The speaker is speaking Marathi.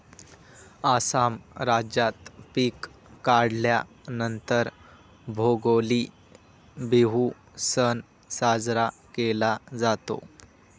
आसाम राज्यात पिक काढल्या नंतर भोगाली बिहू सण साजरा केला जातो